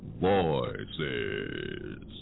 voices